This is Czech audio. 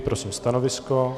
Prosím stanovisko?